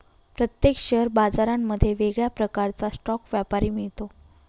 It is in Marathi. प्रत्येक शेअर बाजारांमध्ये वेगळ्या प्रकारचा स्टॉक व्यापारी मिळतो